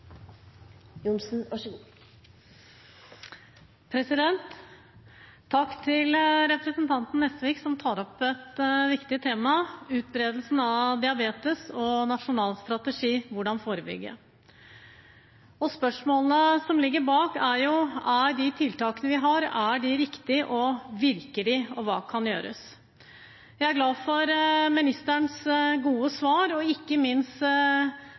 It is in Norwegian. til representanten Nesvik, som tar opp et viktig tema, utbredelsen av diabetes og nasjonal strategi – hvordan forebygge? Spørsmålene som ligger bak, er: Er de tiltakene vi har, riktige? Virker de, og hva kan gjøres? Jeg er glad for ministerens gode svar, og ikke minst